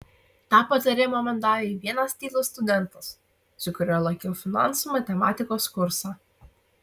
tą patarimą man davė vienas tylus studentas su kuriuo lankiau finansų matematikos kursą